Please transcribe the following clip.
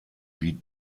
wie